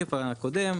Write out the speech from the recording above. בשקף הקודם,